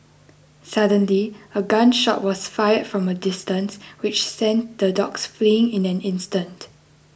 suddenly a gun shot was fired from a distance which sent the dogs fleeing in an instant